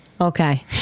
Okay